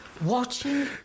Watching